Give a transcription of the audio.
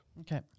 Okay